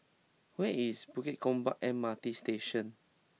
where is Bukit Gombak M R T Station